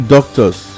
Doctors